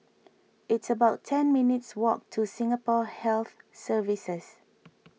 it's about ten minutes walk to Singapore Health Services